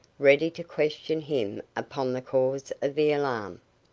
ready to question him upon the cause of the alarm.